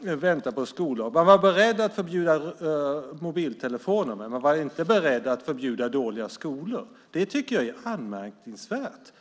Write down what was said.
vänta på en skollag. Man var beredd att förbjuda mobiltelefoner, men inte att förbjuda dåliga skolor. Det tycker jag är anmärkningsvärt.